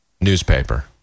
newspaper